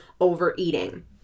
overeating